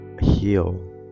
heal